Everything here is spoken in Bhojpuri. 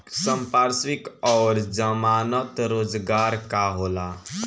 संपार्श्विक और जमानत रोजगार का होला?